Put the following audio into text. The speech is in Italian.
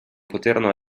poterono